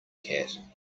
cat